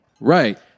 Right